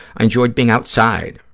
i enjoyed being outside,